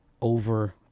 over